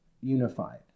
unified